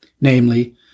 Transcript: namely